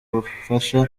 ubufasha